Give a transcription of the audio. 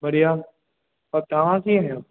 बढ़िया पर तव्हां कीअं आहियो